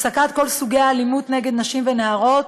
הפסקת כל סוגי האלימות נגד נשים ונערות,